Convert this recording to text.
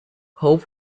hope